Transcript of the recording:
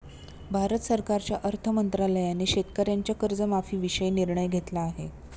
भारत सरकारच्या अर्थ मंत्रालयाने शेतकऱ्यांच्या कर्जमाफीविषयी निर्णय घेतला आहे